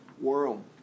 world